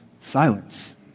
Silence